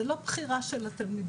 זו לא בחירה של התלמידים.